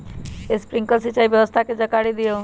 Sprinkler सिंचाई व्यवस्था के जाकारी दिऔ?